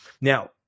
now